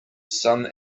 some